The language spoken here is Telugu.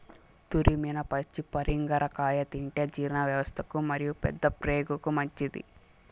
తురిమిన పచ్చి పరింగర కాయ తింటే జీర్ణవ్యవస్థకు మరియు పెద్దప్రేగుకు మంచిది